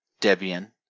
Debian